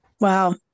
Wow